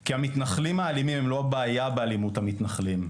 כי המתנחלים האלימים הם לא הבעיה באלימות המתנחלים,